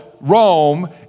Rome